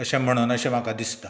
अशें म्हणन अशें म्हाका दिसता